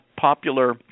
popular